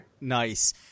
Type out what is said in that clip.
Nice